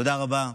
תודה רבה,